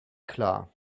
klar